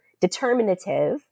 determinative